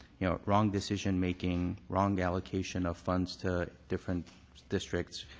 you know, wrong decision making, wrong allocation of funds to different districts,